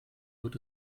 wird